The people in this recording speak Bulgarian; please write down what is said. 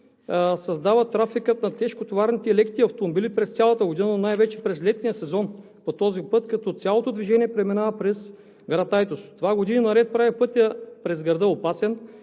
създава трафикът на тежкотоварните и леките автомобили през цялата година, но най вече през летния сезон по този път, като цялото движение преминава през град Айтос. Това години наред прави пътя през града опасен.